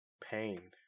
Pain